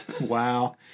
wow